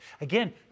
Again